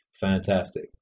fantastic